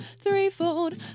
threefold